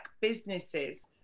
businesses